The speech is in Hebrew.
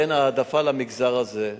ניתן העדפה למגזר הזה.